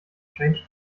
change